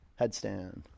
headstand